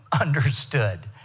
understood